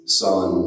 son